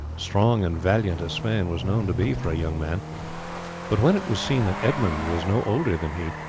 strong and valiant as sweyn was known to be for a young man but when it was seen that edmund was no older than he,